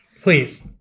Please